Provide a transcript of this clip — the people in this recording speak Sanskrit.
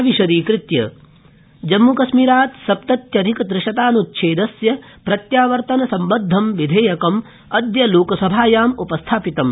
जम्मुकश्मीर लोकसभा जम्मूकश्मीरात् सप्तत्यधिक त्रिशतान्च्छेदस्य प्रत्यावर्तनसम्बद्ध विधेयकम् अद्य लोकसभायाम् उपस्थिापितम्